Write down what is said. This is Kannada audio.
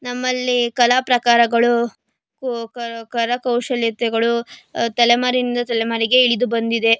ನಮ್ಮಲ್ಲಿ ಕಲಾಪ್ರಕಾರಗಳು ಕು ಕರ ಕರಕೌಶಲ್ಯತೆಗಳು ತಲೆಮಾರಿನಿಂದ ತಲೆಮಾರಿಗೆ ಇಳಿದು ಬಂದಿದೆ